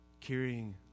carrying